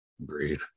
Agreed